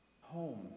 home